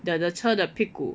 the the 车的屁股